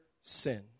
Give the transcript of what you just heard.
sin